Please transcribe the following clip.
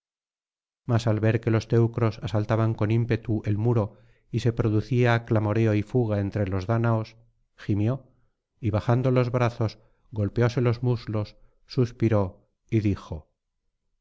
mas al ver que los teucros asaltaban con ímpetu el muro y se producía clamoreo y fuga entre los dáñaos gimió y bajando los brazos golpeóse los muslos suspiró y dijo